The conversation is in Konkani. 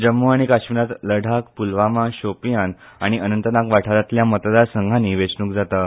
जम्मू आनी काश्मिरात लढाक पूलवामा शोपीयान आनी अनंतनाग वाठारातल्या मतदार संघानी वेचणूक जाता